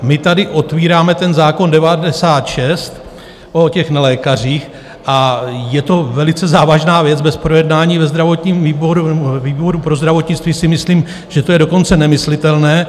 My tady otvíráme zákon 96 o těch nelékařích a je to velice závažná věc bez projednání ve zdravotním výboru... výboru pro zdravotnictví, myslím si, že to je dokonce nemyslitelné.